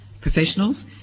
professionals